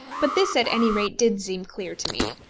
but this at any rate did seem clear to me,